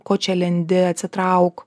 ko čia lendi atsitrauk